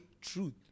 truth